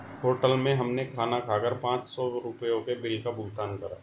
hotel में हमने खाना खाकर पाँच सौ रुपयों के बिल का भुगतान करा